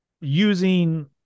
using